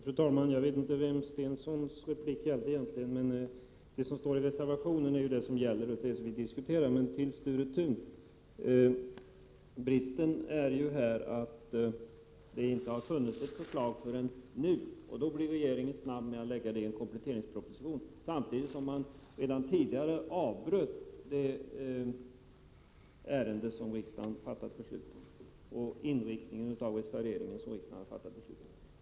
Fru talman! Jag vet inte vem Börje Stenssons replik avsåg. Men det som står i reservationen är ju det som gäller och som vi nu diskuterar. Till Sture Thun vill jag säga att bristen här är att det inte har funnits något förslag förrän nu. Då tar regeringen snabbt med detta i kompletteringspropositionen trots att regeringen tidigare har avbrutit behandlingen av det ärende som riksdagen har fattat beslut om med avseende på inriktningen av restaureringen.